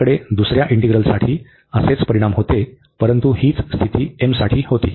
आपल्याकडे दुसर्या इंटीग्रलसाठी असेच परिणाम होते परंतु हीच स्थिती m साठी होती